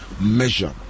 measure